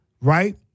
right